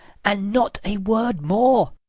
and not a word more.